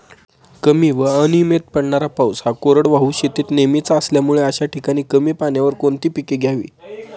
कमी व अनियमित पडणारा पाऊस हा कोरडवाहू शेतीत नेहमीचा असल्यामुळे अशा ठिकाणी कमी पाण्यावर कोणती पिके घ्यावी?